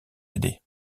aider